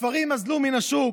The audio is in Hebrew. הספרים אזלו מן השוק.